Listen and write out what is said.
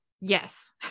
yes